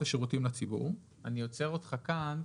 השירותים לציבור" אני עוצר אותך כאן.